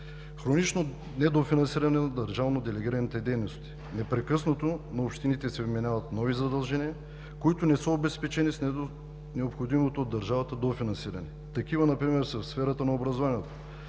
Хронично недофинансиране на държавно делегираните дейности. Непрекъснато на общините се вменяват нови задължения, които не са обезпечени с необходимото от държавата дофинансиране. Такива например са в сферата на образованието